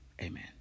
Amen